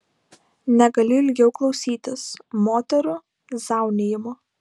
negaliu ilgiau klausytis moterų zaunijimo